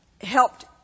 helped